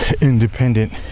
independent